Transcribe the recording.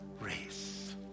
race